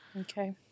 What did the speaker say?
Okay